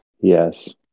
yes